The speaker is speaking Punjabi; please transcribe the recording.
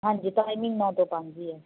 ਹਾਂਜੀ ਟਾਈਮਿੰਗ ਨੌ ਤੋਂ ਪੰਜ ਹੀ ਹੈ